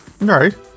right